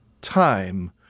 time